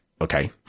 okay